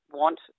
want